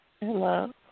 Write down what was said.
Hello